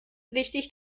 wichtig